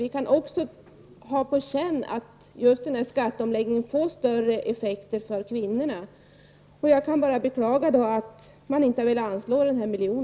Vi kan också ha på känn att skatteomläggningen får större effekter för kvinnorna. Jag kan bara beklaga att majoriteten inte vill anslå denna miljon.